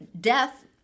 death